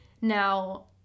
now